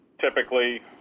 typically